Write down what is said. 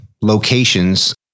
locations